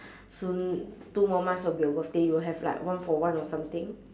soon two more months will be your birthday will have like one for one or something